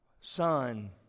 son